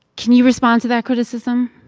can you respond to that criticism?